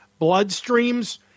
bloodstreams